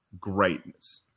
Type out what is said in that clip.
greatness